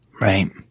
Right